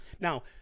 Now